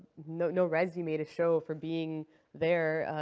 no no resume to show for being there,